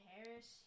Harris